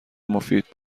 مفید